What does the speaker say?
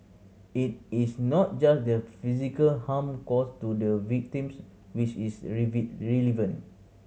it is not just the physical harm caused to the victims which is relevant